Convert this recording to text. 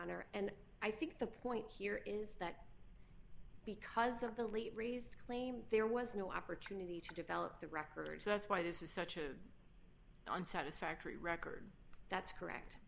honor and i think the point here is that because of the late raised claim there was no opportunity to develop the record so that's why this is such a on satisfactory record that's correct